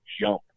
jump